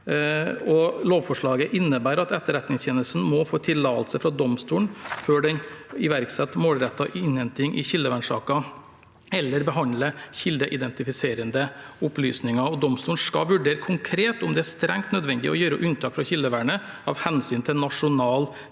lovforslaget innebærer at Etterretningstjenesten må få tillatelse fra domstolen før den iverksetter målrettet innhenting i kildevernsaker eller behandler kildeidentifiserende opplysninger. Domstolen skal vurdere konkret om det er strengt nødvendig å gjøre unntak fra kildevernet av hensyn til nasjonal